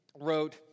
wrote